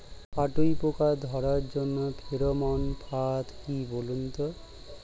কাটুই পোকা ধরার জন্য ফেরোমন ফাদ কি বলুন তো?